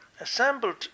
assembled